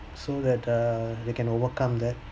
so that uh they can overcome that